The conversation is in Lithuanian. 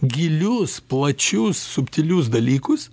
gilius plačius subtilius dalykus